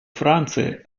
франции